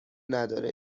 نداره